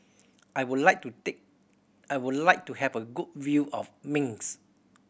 I would like to take I would like to have a good view of Minsk